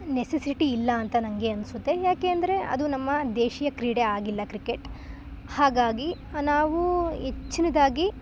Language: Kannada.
ನೆಸಸಿಟಿಯಿಲ್ಲ ಅಂತ ನಂಗೆ ಅನಿಸುತ್ತೆ ಯಾಕೆ ಅಂದರೆ ಅದು ನಮ್ಮ ದೇಶೀಯ ಕ್ರೀಡೆ ಆಗಿಲ್ಲ ಕ್ರಿಕೆಟ್ ಹಾಗಾಗಿ ನಾವು ಹೆಚ್ಚಿನ್ದಾಗಿ